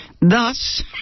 Thus